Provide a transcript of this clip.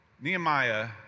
Nehemiah